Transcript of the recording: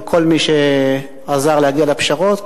ולכל מי שעזר להגיע לפשרות,